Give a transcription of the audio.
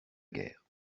guerre